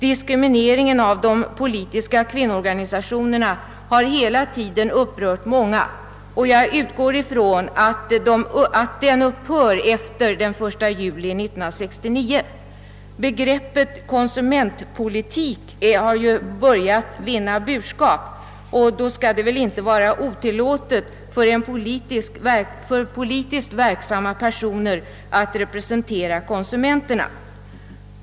Diskrimineringen av de politiska kvinnoorganisationerna har hela tiden upprört många. Jag utgår ifrån att denna diskriminering upphör efter den 1 juli 1969. Begreppet konsumentpolitik har börjat vinna burskap, och då skall det väl inte vara otillåtet för politiskt verksamma personer att representera konsumenterna.